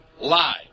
live